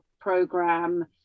program